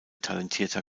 talentierter